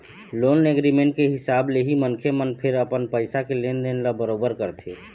loan agreement के हिसाब ले ही मनखे मन फेर अपन पइसा के लेन देन ल बरोबर करथे